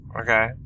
okay